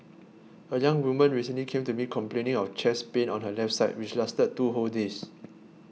a young woman recently came to me complaining of chest pain on her left side which lasted two whole days